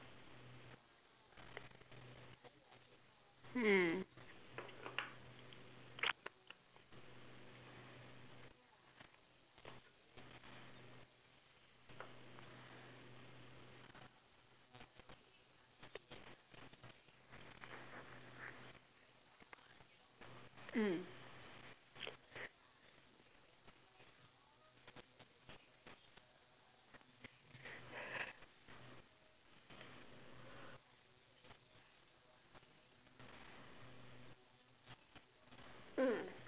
hmm mm mm